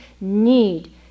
need